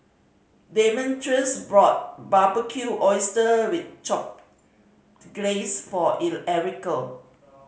Demetrius bought Barbecued Oyster with Glaze for Erica